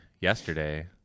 yesterday